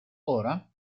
ora